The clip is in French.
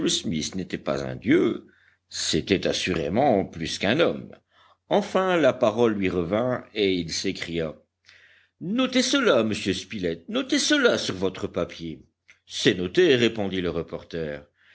smith n'était pas un dieu c'était assurément plus qu'un homme enfin la parole lui revint et il s'écria notez cela monsieur spilett notez cela sur votre papier c'est noté répondit le reporter